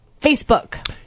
Facebook